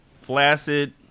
flaccid